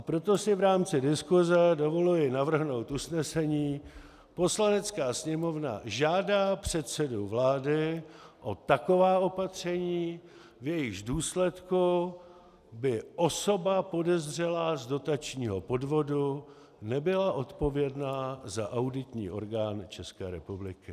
Proto si v rámci diskuse dovoluji navrhnout usnesení: Poslanecká sněmovna žádá předsedu vlády o taková opatření, v jejichž důsledku by osoba podezřelá z dotačního podvodu nebyla odpovědná za auditní orgán České republiky.